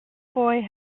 boy